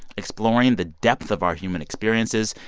exploring the depths of our human experiences.